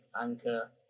Anchor